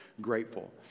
grateful